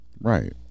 Right